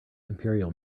imperial